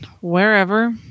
Wherever